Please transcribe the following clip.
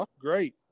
Great